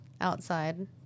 outside